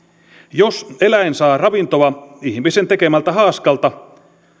jos eläin saa ravintoa ihmisen tekemältä haaskalta